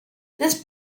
this